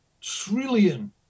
trillion